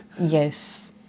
Yes